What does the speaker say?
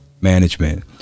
management